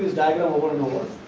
diagram over and over.